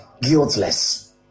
guiltless